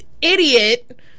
idiot